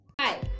Hi